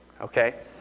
okay